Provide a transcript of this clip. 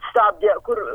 stabdė kur